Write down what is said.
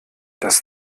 das